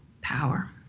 power